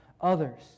others